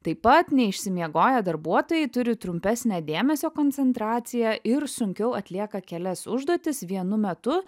taip pat neišsimiegoję darbuotojai turi trumpesnę dėmesio koncentraciją ir sunkiau atlieka kelias užduotis vienu metu